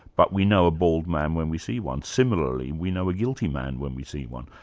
but we know a bald man when we see one. similarly, we know a guilty man when we see one'.